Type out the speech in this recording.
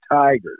tigers